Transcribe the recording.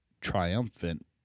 triumphant